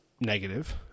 negative